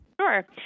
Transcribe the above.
Sure